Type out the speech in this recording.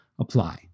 apply